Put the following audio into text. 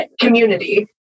community